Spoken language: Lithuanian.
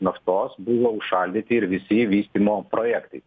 naftos buvo užšaldyti ir visi vystymo projektai